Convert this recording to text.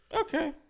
Okay